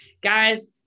Guys